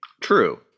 true